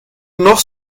noch